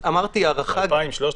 2,000, 3,000?